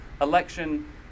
Election